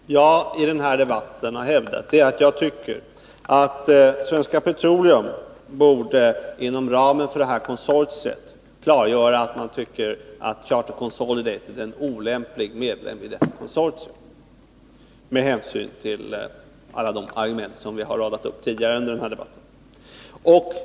Herr talman! Jag har i den här debatten hävdat att jag tycker att Svenska Petroleum, inom ramen för konsortiet, borde klargöra att Charter Consolidated med hänsyn till alla de argument som vi har radat upp i denna debatt är en olämplig medlem av konsortiet.